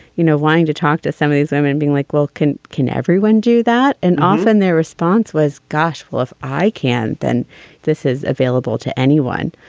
you know, wanting to talk to some of these. i mean, being like, well, can can everyone do that? and often their response was, gosh, well, if i can, then this is available to anyone.